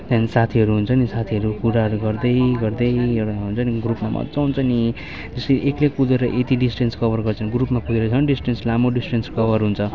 त्यहाँदेखि साथीहरू हुन्छ नि साथीहरू कुराहरू गर्दै गर्दै एउटा हुन्छ नि ग्रुपमा मज्जा आउँछ नि जस्तै एक्लै कुदेर यति डिस्ट्यान्स कभर गर्छ भने ग्रुपमा कुदेर झन् डिस्ट्यान्स लामो डिस्ट्यान्स कभर हुन्छ